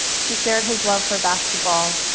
she shared his love for basketball,